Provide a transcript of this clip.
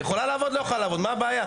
יכולה לעבוד או לא יכולה לעבוד - מה הבעיה?